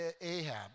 Ahab